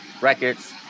Records